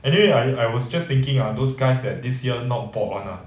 and then I I was just thinking ah those guys that this year not bored [one] ah